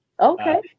Okay